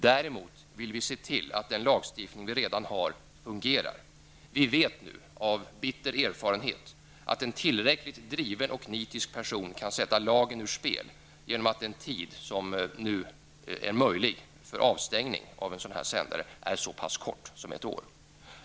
Däremot vill vi se till att den lagstiftning vi redan har fungerar. Vi vet nu av bitter erfarenhet att en tillräckligt driven och nitisk person kan sätta lagen ur spel genom att den tid som det är möjligt att stänga av en sändare är så pass kort som ett år.